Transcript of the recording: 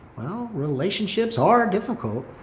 well, relationships are difficult.